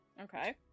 Okay